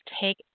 take